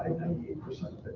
ninety eight percent of it.